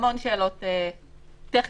המון שאלות טכניות,